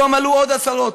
היום עלו עוד עשרות.